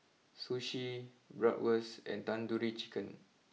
Sushi Bratwurst and Tandoori Chicken